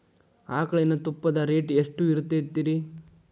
ಆಕಳಿನ ತುಪ್ಪದ ರೇಟ್ ಎಷ್ಟು ಇರತೇತಿ ರಿ?